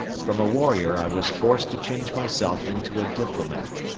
from a warrior i was forced to change myself into a diplomat.